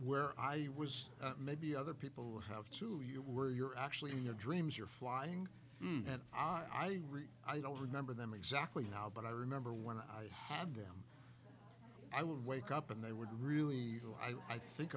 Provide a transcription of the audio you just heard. where i was maybe other people have to you were you're actually in your dreams you're flying and i read i don't remember them exactly now but i remember when i had them i would wake up and they would really i think